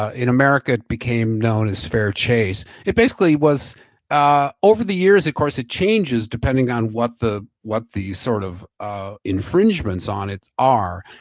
ah in america, it became known as fair chase, it basically was ah over the years of course it changes depending on what the what the sort of of infringements on it are.